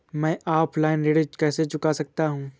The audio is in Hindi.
मैं ऑफलाइन ऋण कैसे चुका सकता हूँ?